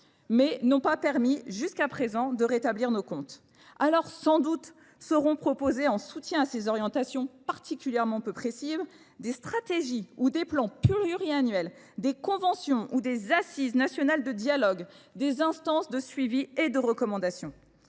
mais n'ont pas permis jusqu'à présent de rétablir nos comptes. Alors sans doute seront proposés, en soutien à ces orientations particulièrement peu précives, des stratégies ou des plans pluriannuels, des conventions ou des assises nationales de dialogue, des instances de suivi et de recommandation.